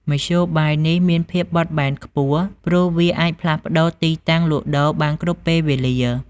មធ្យោបាយនេះមានភាពបត់បែនខ្ពស់ព្រោះវាអាចផ្លាស់ប្តូរទីតាំងលក់ដូរបានគ្រប់ពេលវេលា។